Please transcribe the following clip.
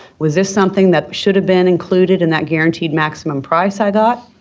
was this something that should have been included in that guaranteed maximum price i got?